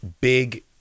big